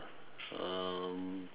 um